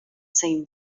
same